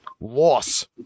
loss